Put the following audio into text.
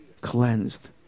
Cleansed